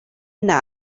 yna